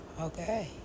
okay